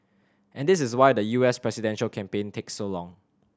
and this is why the U S presidential campaign takes so long